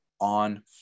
on